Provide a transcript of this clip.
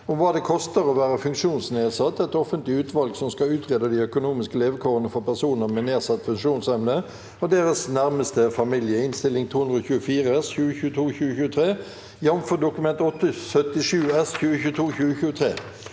om hva det koster å være funksjonsnedsatt – et offentlig utvalg som skal utrede de økonomiske levekårene for personer med nedsatt funksjonsevne og deres nærmeste familie (Innst. 224 S (2022–2023), jf. Dokument 8:77 S (2022–2023))